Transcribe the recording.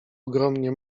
ogromnie